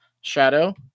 Shadow